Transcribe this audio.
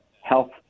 health